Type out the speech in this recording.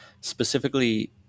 Specifically